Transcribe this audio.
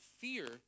fear